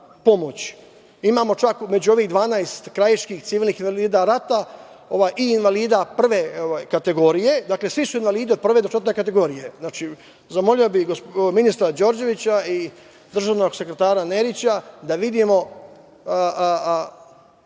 pomoć. Imamo čak među ovih 12 krajiških civilnih invalida rata i invalida prve kategorije, dakle, svi su invalidi od prve do četvrte kategorije. Znači, zamolio bih ministra Đorđevića i državnog sekretara Nerića da vidimo